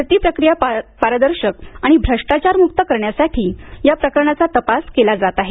भरती प्रक्रिया पारदर्शक आणि भ्रष्टाचार मुक्त करण्यासाठी या प्रकरणाचा तपास केला जात आहे